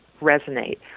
resonate